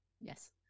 Yes